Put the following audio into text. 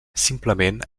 simplement